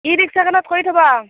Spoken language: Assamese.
ই ৰিক্সাখনক কৈ থবা